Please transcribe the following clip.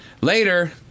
Later